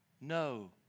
No